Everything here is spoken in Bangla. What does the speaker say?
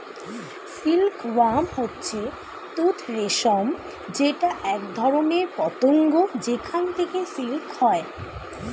সিল্ক ওয়ার্ম হচ্ছে তুত রেশম যেটা একধরনের পতঙ্গ যেখান থেকে সিল্ক হয়